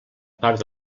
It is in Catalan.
part